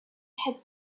had